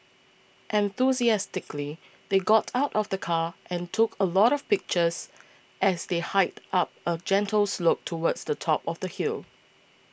enthusiastically they got out of the car and took a lot of pictures as they hiked up a gentle slope towards the top of the hill